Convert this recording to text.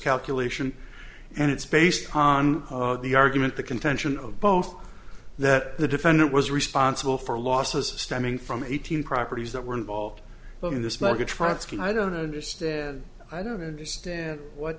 calculation and it's based on the argument the contention of both that the defendant was responsible for losses stemming from eighteen properties that were involved in this market trotsky i don't understand i don't understand what